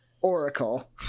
oracle